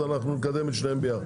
נקדם את שניהם ביחד.